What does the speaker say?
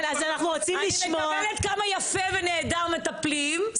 אני מקבלת כמה יפה ונהדר מטפלים.